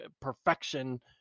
perfection